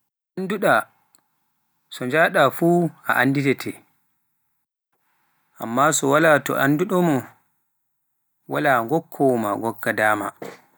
so a anduɗa so njaɗa fuu a annditete, amma so walaa sop anduɗaɗamaa walaa ngokkowo maa ngokka daama.